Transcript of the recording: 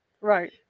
Right